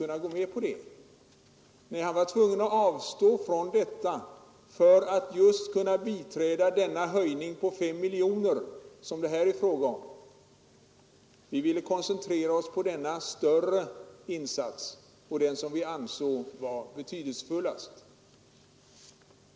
Nej, han var tvungen att avstå från det just för att kunna biträda denna höjning med 5 miljoner kronor. Vi moderater ville koncentrera oss på denna större insats som vi ansåg vara mest betydelsefull.